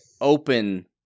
open